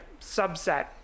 subset